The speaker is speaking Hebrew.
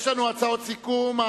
יש לנו הצעות סיכום.